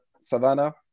savannah